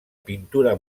pintura